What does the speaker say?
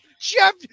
jeff